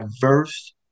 diverse